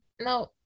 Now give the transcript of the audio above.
No